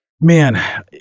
man